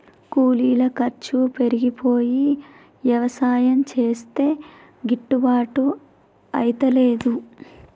కూలీల ఖర్చు పెరిగిపోయి యవసాయం చేస్తే గిట్టుబాటు అయితలేదు